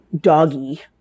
doggy